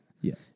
Yes